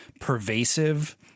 pervasive